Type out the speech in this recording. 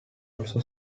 also